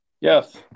Yes